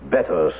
Better